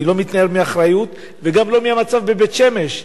אני לא מתנער מאחריות, גם לא למצב בבית-שמש.